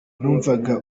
numvaga